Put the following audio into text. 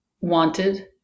wanted